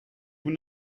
vous